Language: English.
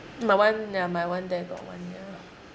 my one ya my one there got one ya